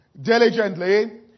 diligently